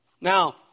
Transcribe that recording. Now